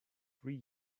three